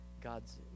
God's